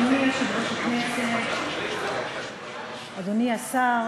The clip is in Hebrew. אדוני היושב-ראש, אדוני השר,